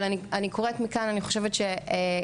אבל אני קוראת מכאן ואני חושבת שקטונתי,